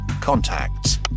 Contacts